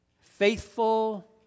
faithful